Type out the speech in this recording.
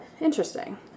interesting